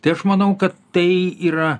tai aš manau kad tai yra